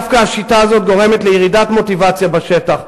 דווקא השיטה הזאת גורמת לירידת מוטיבציה בשטח,